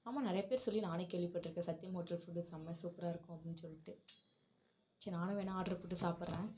ஆமாம் நிறைய பேர் சொல்லி நானும் கேள்விப்பட்டுருக்கேன் சத்தியம் ஹோட்டல் ஃபுட்டு செம்ம சூப்பராக இருக்கும் அப்பிடின்னு சொல்லிட்டு சரி நானும் வேணுணா ஆர்ட்ரு போட்டு சாப்புடுறேன்